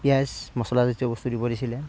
পিঁয়াজ মচলা জাতীয় বস্তু দিব দিছিলে